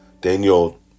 Daniel